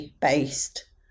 based